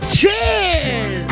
Cheers